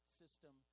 system